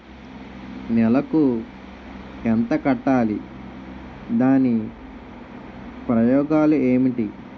నెలకు ఎంత కట్టాలి? దాని ఉపయోగాలు ఏమిటి?